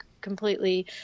completely